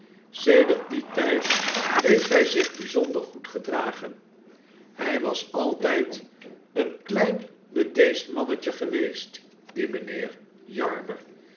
sedert dien tyd heeft hy zich byzonder goed gedragen hy was altyd een klein bedeesd mannetje geweest die mynheer jarber